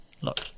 Look